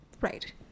Right